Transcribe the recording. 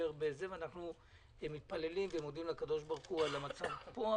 ואנו מתפללים ומודים לקב"ה על המצב פה,